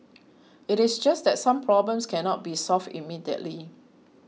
it is just that some problems cannot be solved immediately